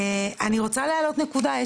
אני חייבת להעלות נקודה חשובה,